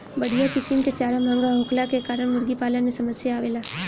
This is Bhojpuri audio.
बढ़िया किसिम कअ चारा महंगा होखला के कारण मुर्गीपालन में समस्या आवेला